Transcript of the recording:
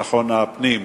לביטחון פנים,